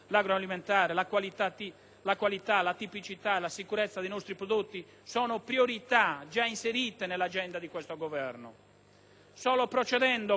la qualità, la tipicità e la sicurezza dei nostri prodotti sono priorità già inserite nell'agenda di questo Governo. Solo procedendo con le giuste politiche